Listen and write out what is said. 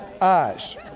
eyes